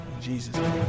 Jesus